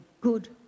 good